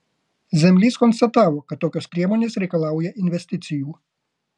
zemlys konstatavo kad tokios priemonės reikalauja investicijų